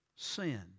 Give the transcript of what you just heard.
Sin